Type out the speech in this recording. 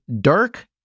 dark